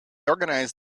organized